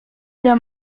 ada